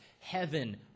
heaven